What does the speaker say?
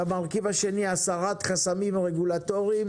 והמרכיב השני הסרת חסמים רגולטוריים,